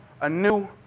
anew